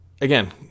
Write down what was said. again